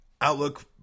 outlook